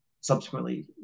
subsequently